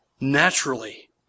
naturally